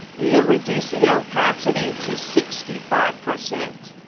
you're going to reduce the opacity to sixty five percent